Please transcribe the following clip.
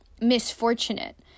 misfortunate